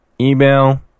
email